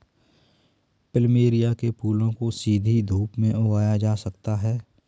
plumeria के फूलों को सीधी धूप में उगाया जा सकता है